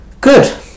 Good